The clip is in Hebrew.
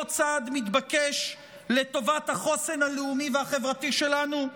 צעד מתבקש לטובת החוסן הלאומי והחברתי שלנו?